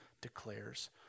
declares